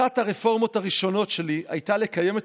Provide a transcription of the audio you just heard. אחת הרפורמות הראשונות שלי הייתה לקיים את